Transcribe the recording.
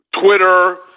Twitter